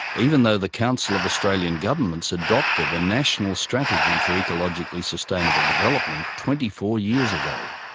even though the council of australian governments adopted a national strategy for ecologically sustainable development twenty four years ago.